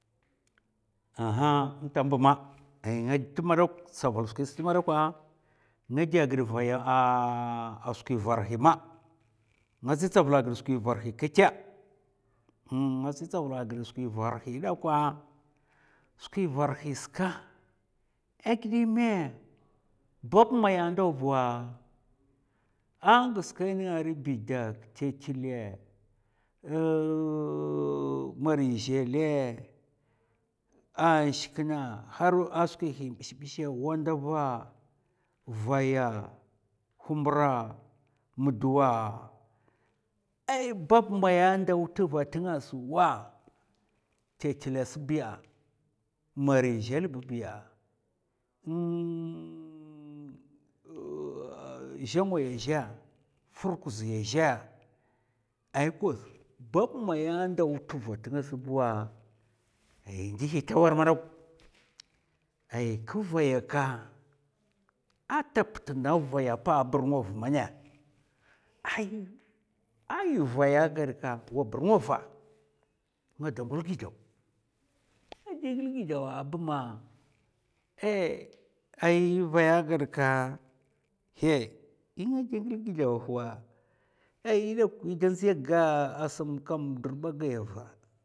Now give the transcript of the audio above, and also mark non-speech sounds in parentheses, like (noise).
Aha, nta mbumma ai ngadi madawk tsavul skwi stad madakwa nga dè ghid vaya (hesitation) skwi varma hi ma nga tsi tsavul a ghid skwi varhi kètɓ (hesitation) nga tsi tsavul a ghid skwi varhi dakwa, skwi varhi ska a ghidèmè bab maya ndabuwa? An ghaskè nènga ri bidak, tèttulè, (hesitation) marizhèlè, an shikna har a skwi hin bshè bshè a wandava, vaya, humbra, mudduwa. A bab maya ndawa tva tnga suwa? Tèttulè sa biya'a marizhèlè ba biya'a, (hesitation) zhèngwaya zhè, furkuzi a zhè, ai kos bab maya ndaw tva tngas buwa? Ai ndhi ta war madawk ai ka vaya ka ata pt nda vaya pa a burngova mèna ai, a vaya ngad ka wa burngova nga da ngul gidaw ngada ngèl gidaw wa bma? Ai a vaya ghad ka, hai i dè ngèl gidaw wa huwa? Ai dawk i da ndzai ga asam durba a da gaya va.